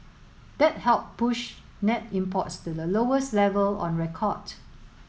that helped push net imports to the lowest level on record